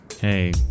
hey